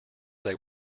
they